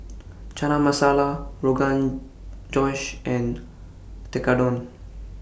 Chana Masala Rogan Josh and Tekkadon